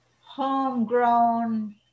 homegrown